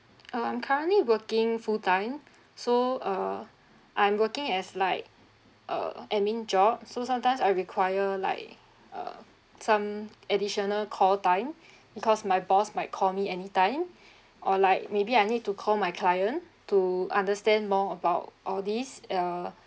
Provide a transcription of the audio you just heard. uh I'm currently working full time so uh I'm working as like uh admin job so sometimes I require like uh some additional call time because my boss might call me any time or like maybe I need to call my client to understand more about all these uh